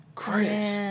Chris